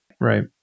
right